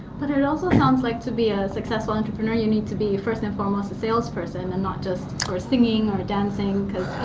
but it also sounds like, to be a successful entrepreneur, you need to be first and foremost a salesperson, and not just, or singing, or dancing, cause